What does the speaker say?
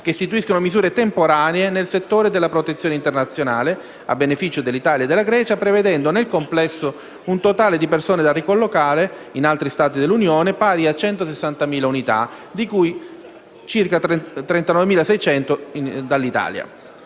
che istituiscono misure temporanee nel settore della protezione internazionale a beneficio dell'Italia e della Grecia, prevedendo, nel complesso, un totale di persone da ricollocare pari a 160.000 unità, di cui circa 39.600 dall'Italia.